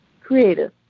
creative